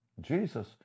Jesus